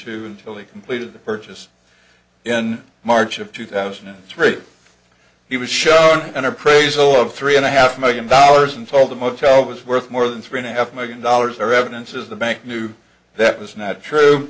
two till he completed the purchase in march of two thousand and three he was shown an appraisal of three and a half million dollars and told him my child was worth more than three and a half million dollars or evidences the bank knew that was not true